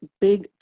big